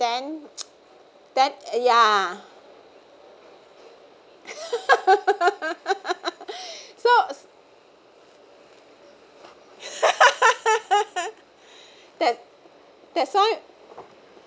then then ya so that that's why